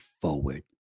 forward